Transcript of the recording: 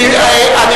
איפה זה כתוב?